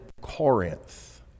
Corinth